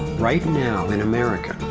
right now in america,